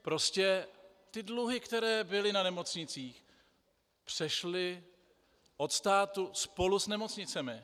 Prostě ty dluhy, které byly na nemocnicích, přešly od státu spolu s nemocnicemi.